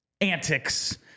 antics